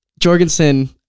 Jorgensen